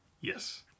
Yes